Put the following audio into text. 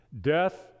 Death